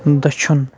دٔچھُن